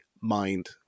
mind